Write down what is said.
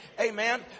Amen